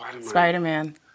Spider-Man